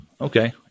Okay